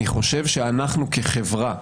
אני חושב שאנחנו, כחברה,